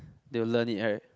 they'll learn it right